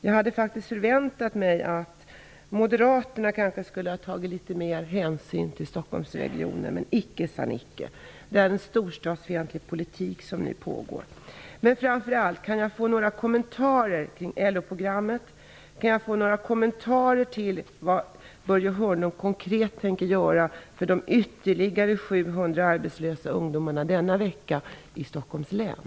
Jag hade förväntat mig att Moderaterna skulle ha tagit litet mer hänsyn till Stockholmsregionen, men icke sa Nicke! Det är en storstadsfientlig politik som nu pågår. Kan jag få några kommentarer kring LO programmet? Kan jag få några kommentarer kring vad Börje Hörnlund konkret tänker göra för de ytterligare 700 ungdomar som blir arbetslösa denna vecka i Stockholms län?